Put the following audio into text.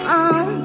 on